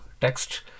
text